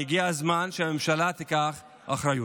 הגיע הזמן שהממשלה תיקח אחריות.